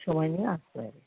সময় নিয়ে আসতে হবে